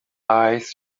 eyes